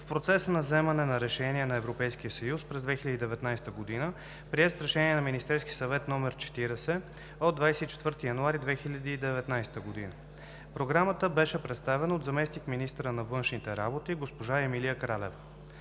в процеса на вземане на решения на Европейския съюз през 2019 г., приет с решение на Министерския съвет № 40 от 24 януари 2019 г. Програмата беше представена от заместник-министъра на външните работи госпожа Емилия Кралева.